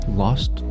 lost